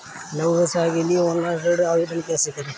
लघु व्यवसाय के लिए ऑनलाइन ऋण आवेदन कैसे करें?